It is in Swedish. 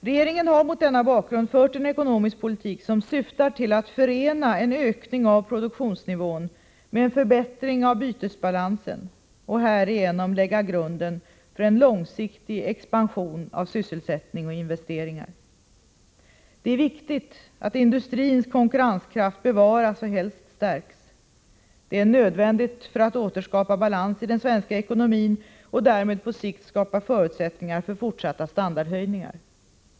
Regeringen har mot denna bakgrund fört en ekonomisk politik som syftar till att förena en ökning av produktionsnivån med en förbättring av bytesbalansen och härigenom lägga grunden för en långsiktig expansion av sysselsättning och investeringar. Det är viktigt att industrins konkurrenskraft bevaras och helst stärks. Det är nödvändigt för att återskapa balans i den svenska ekonomin och därmed på sikt skapa förutsättningar för fortsatta standardhöjningar.